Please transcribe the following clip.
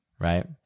Right